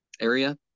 area